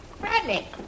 Bradley